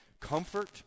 comfort